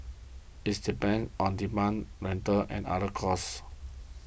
it depends on demand rental and other costs